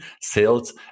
sales